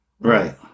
Right